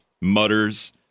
mutters